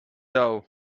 doe